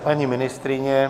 Paní ministryně?